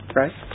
right